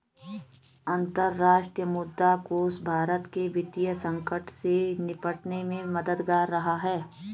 अंतर्राष्ट्रीय मुद्रा कोष भारत के वित्तीय संकट से निपटने में मददगार रहा है